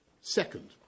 Second